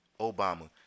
Obama